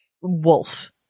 wolf